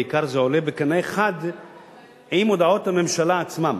זה בעיקר עולה בקנה אחד עם הודעות הממשלה עצמה.